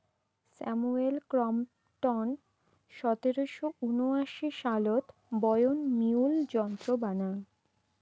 Samuel Crompton সতেরশো উনআশি সালত বয়ন মিউল যন্ত্র বানাং